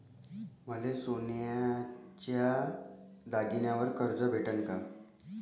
मले सोन्याच्या दागिन्यावर कर्ज भेटन का?